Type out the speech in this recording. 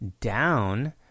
down